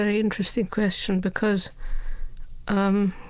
and interesting question because um